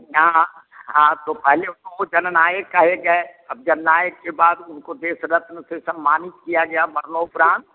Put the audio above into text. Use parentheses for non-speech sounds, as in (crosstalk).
(unintelligible) हाँ तो पहले उनको जननायक कहे गए अब जननायक के बाद उनको देश रत्न से सम्मानित किया गया मरणोपरांत